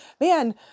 Man